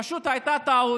פשוט הייתה טעות.